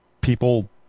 people